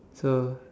so